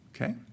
Okay